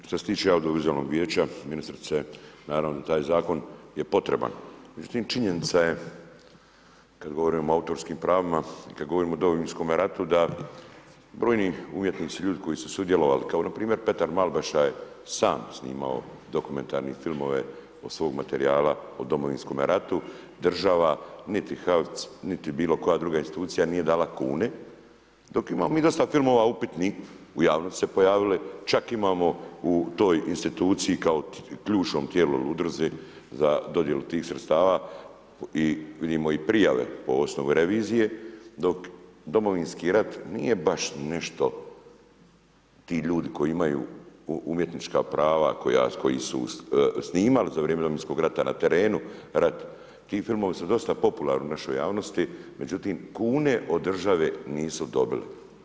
Što se tiče audio-vizualnog vijeća, ministrice, naravno taj zakon je potreban, međutim činjenica je kad govorimo o autorskim pravima, kad govorimo o Domovinskome ratu da brojni umjetnici, ljudi koji su sudjelovali kao npr. Petar Malbaša je sam snimao dokumentarne filmove od svog materijala o Domovinskome ratu, država niti HAVC, nit bilokoja druga institucija nije dala kune dok imamo mi dosta filmova upitnih, u javnosti su se pojavili, čak imamo u toj instituciji kao ključnom tijelu ili udruzi za dodjelu tih sredstava i vidimo i prijave po osnovu revizije dok Domovinski rat nije baš nešto, ti ljudi koji imaju umjetnička prava koji su snimali za vrijeme Domovinskog rata na terenu rat, ti filmovi su dosta popularni u našoj javnosti, međutim kune od države nisu dobili.